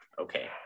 okay